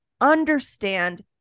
understand